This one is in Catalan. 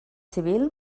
civil